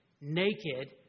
naked